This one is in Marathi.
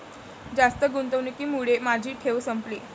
जास्त गुंतवणुकीमुळे माझी ठेव संपली